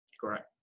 Correct